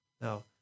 Now